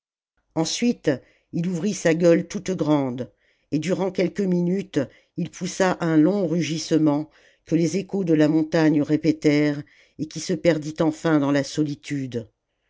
ensuite il ouvrit sa gueule toute grande et durant quelques minutes il poussa un long rugissement que les échos de la montagne repétèrent et qui se perdit enfin dans la solitude